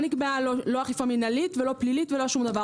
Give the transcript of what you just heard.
לא נקבעה אכיפה מינהלית ולא פלילית ולא שום דבר.